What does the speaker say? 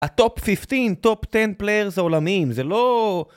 הטופ פיפטין, טופ טן פליירס העולמיים, זה לא...